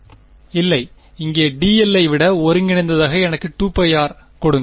மாணவர் இல்லை இங்கே dl ஐ விட ஒருங்கிணைந்ததாக எனக்கு 2πr கொடுங்கள்